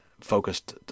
focused